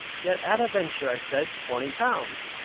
yet at a venture i said twenty pounds,